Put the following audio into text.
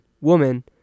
woman